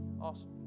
Awesome